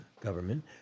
government